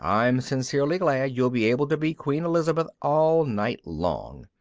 i'm sincerely glad you'll be able to be queen elizabeth all night long.